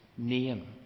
name